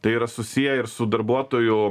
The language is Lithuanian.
tai yra susiję ir su darbuotojų